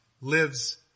lives